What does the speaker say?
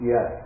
Yes